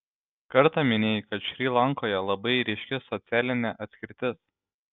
kartą minėjai kad šri lankoje labai ryški socialinė atskirtis